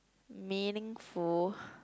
meaningful